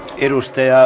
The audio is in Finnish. kiitoksia